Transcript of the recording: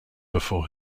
before